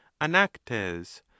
Anactes